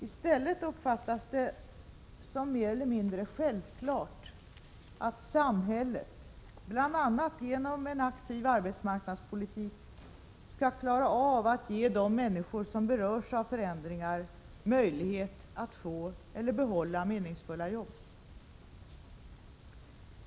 I stället uppfattas det som mer eller mindre självklart att samhället, bl.a. genom en aktiv arbetsmarknadspolitik, skall klara av att ge de människor som berörs av förändringar möjlighet att få eller behålla meningsfulla jobb.